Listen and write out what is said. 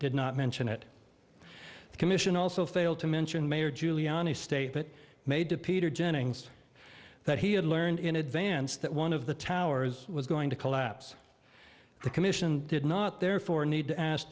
did not mention it the commission also failed to mention mayor giuliani state it made to peter jennings that he had learned in advance that one of the towers was going to collapse the commission did not therefore need to ask